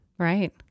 Right